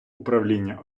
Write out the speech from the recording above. управління